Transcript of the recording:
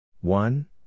One